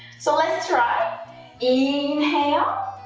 so let's try inhale,